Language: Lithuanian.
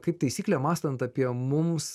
kaip taisyklė mąstant apie mums